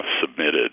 submitted